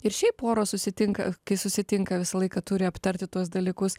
ir šiaip poros susitinka kai susitinka visą laiką turi aptarti tuos dalykus